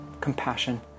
compassion